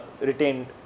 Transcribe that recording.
Retained